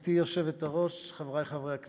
גברתי היושבת-ראש, חברי חברי הכנסת,